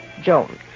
Jones